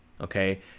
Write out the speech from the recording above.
Okay